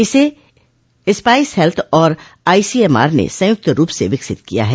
इसे Spice Health और ICMR ने संयुक्त रूप से विकसित किया है